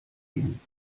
gehen